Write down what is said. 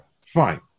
Fine